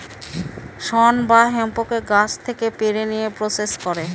শন বা হেম্পকে গাছ থেকে পেড়ে নিয়ে প্রসেস করে